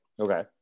Okay